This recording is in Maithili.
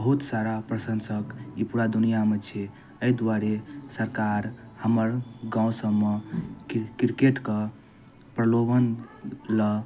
बहुत सारा प्रशंसक ई पूरा दुनिआँमे छै एहि दुआरे सरकार हमर गाँव सबमे क्रि क्रिकेटके प्रलोभन लऽ